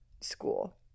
school